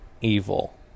evil